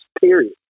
period